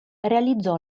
realizzò